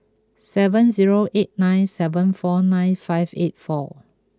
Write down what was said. seven zero eight nine seven four nine five eight four